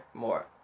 more